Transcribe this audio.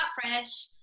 fresh